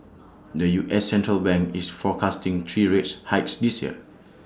the U S central bank is forecasting three rates hikes this year